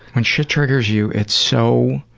when shit triggers you it's so,